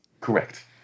Correct